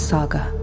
Saga